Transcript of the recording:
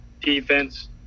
defense